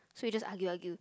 so we just argue argue